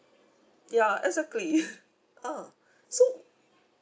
ya exactly ah so